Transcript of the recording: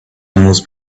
animals